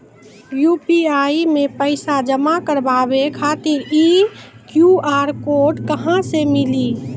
UPI मे पैसा जमा कारवावे खातिर ई क्यू.आर कोड कहां से मिली?